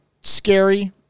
scary